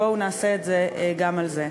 בואו נעשה את זה גם על זה.